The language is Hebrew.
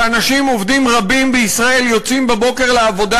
שאנשים עובדים רבים בישראל יוצאים בבוקר לעבודה,